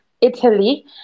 italy